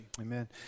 Amen